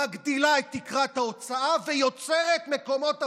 מגדילה את תקרת ההוצאה ויוצרת מקומות עבודה.